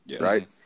Right